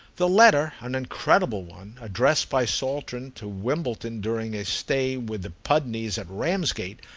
the letter, an incredible one, addressed by saltram to wimbledon during a stay with the pudneys at ramsgate,